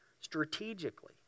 strategically